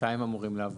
מתי הם אמורים לעבור?